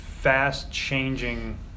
fast-changing